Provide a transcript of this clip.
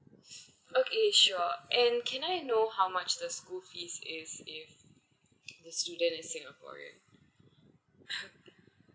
okay sure and can I know how much the school fee is if the student is singaporean